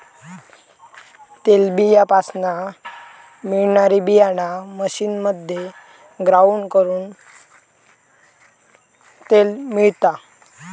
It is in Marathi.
तेलबीयापासना मिळणारी बीयाणा मशीनमध्ये ग्राउंड करून तेल मिळता